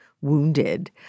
Wounded